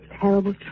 terrible